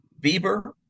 Bieber